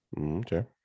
Okay